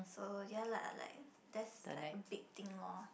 so ya lah like that's like a big thing lor